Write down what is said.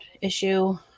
issue